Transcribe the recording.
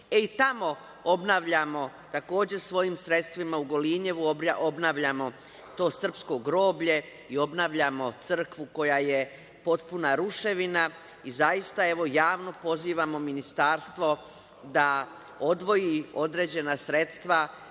i tamo obnavljamo takođe svojim sredstvima u Golinjevu, to srpsko groblje i obnavljamo crkvu koja je potpuna ruševina i zaista, evo, javno pozivamo ministarstvo da odvoji određena sredstva